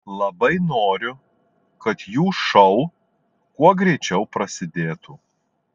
labai noriu kad jų šou kuo greičiau prasidėtų